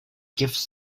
gives